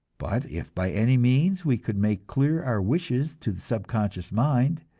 but if by any means we could make clear our wishes to the subconscious mind,